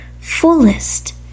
fullest